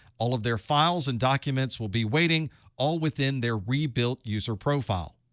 all of their files and documents will be waiting all within their rebuilt user profile.